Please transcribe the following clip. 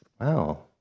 Wow